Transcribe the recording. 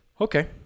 Okay